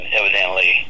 evidently